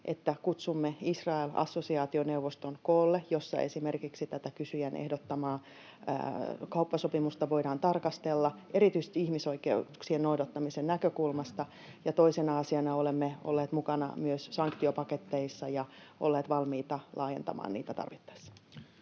että kutsumme Israel- assosiaationeuvoston koolle, jossa esimerkiksi tätä kysyjän ehdottamaa kauppasopimusta voidaan tarkastella erityisesti ihmisoikeuksien noudattamisen näkökulmasta. Ja toisena asiana olemme olleet mukana myös sanktiopaketeissa ja olleet valmiita laajentamaan niitä tarvittaessa.